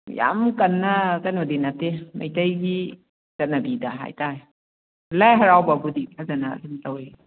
ꯌꯝ ꯀꯟꯅ ꯀꯩꯅꯣꯗꯤ ꯅꯠꯇꯦ ꯃꯩꯇꯩꯒꯤ ꯆꯠꯅꯕꯤꯗ ꯍꯥꯏꯇꯥꯔꯦ ꯂꯥꯏ ꯍꯔꯥꯎꯕꯕꯨꯗꯤ ꯐꯖꯅ ꯑꯗꯨꯝ ꯇꯧꯏ